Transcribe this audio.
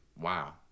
wow